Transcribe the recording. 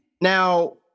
Now